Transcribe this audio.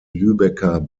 lübecker